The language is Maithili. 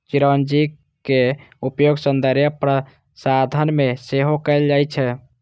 चिरौंजीक उपयोग सौंदर्य प्रसाधन मे सेहो कैल जाइ छै